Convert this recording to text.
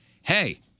hey